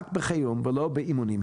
רק בחירום ולא באימונים.